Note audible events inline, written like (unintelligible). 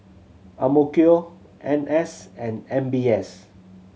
(unintelligible) N S and M B S